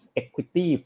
equity